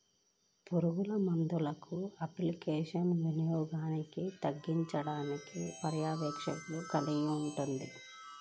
పురుగుమందుల అప్లికేషన్ల వినియోగాన్ని తగ్గించడానికి పర్యవేక్షణను కలిగి ఉంటుంది